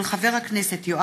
מאת חברי הכנסת לאה